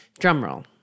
Drumroll